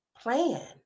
plan